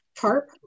tarp